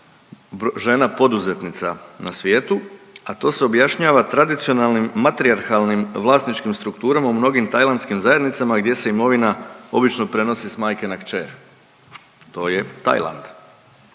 žena poduzetnica na svijetu, a to se objašnjava tradicionalnim matrijarhalnim vlasničkim strukturama u mnogim tajlandskim zajednicama gdje se imovina obično prenosi sa majke na kćer. To je Tajland.